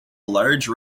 large